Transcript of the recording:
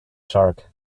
shark